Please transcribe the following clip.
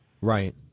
Right